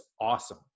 awesome